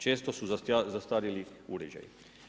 Često su zastarjeli uređaji.